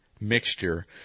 mixture